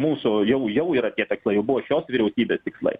mūsų jau jau yra tie tikslai jau buvo šios vyriausybės tikslai